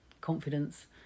confidence